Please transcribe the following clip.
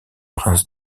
princes